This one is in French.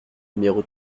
numéro